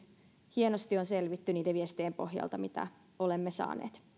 hienosti on selvitty niiden viestien pohjalta mitä olemme saaneet